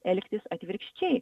elgtis atvirkščiai